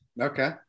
Okay